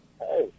Hey